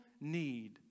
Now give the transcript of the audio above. need